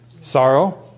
Sorrow